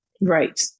Right